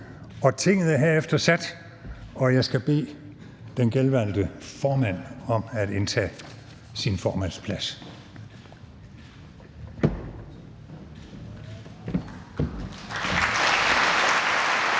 Tinget er herefter sat, og jeg skal bede den genvalgte formand om at indtage sin formandsplads.